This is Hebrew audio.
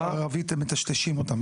מאוד --- בחברה הערבית הם מטשטשים אותם,